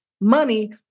money